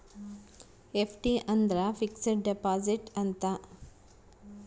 FD ಅಂದ್ರ fixed deposit ಅಂತ